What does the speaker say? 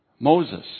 Moses